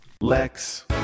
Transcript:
Lex